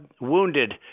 wounded